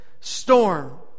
storm